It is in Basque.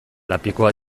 lapikoa